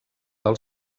del